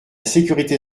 sécurité